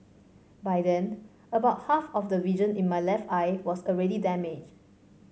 by then about half of the vision in my left eye was already damaged